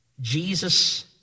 jesus